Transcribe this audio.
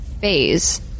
phase